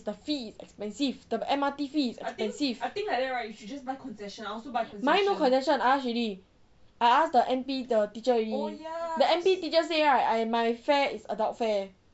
the fee is expensive is the M_R_T fees mine no concession I asked already I ask the N_P the teacher already the N_P teacher say right my fare is adult fare